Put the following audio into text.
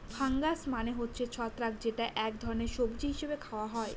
fungus মানে হচ্ছে ছত্রাক যেটা এক ধরনের সবজি হিসেবে খাওয়া হয়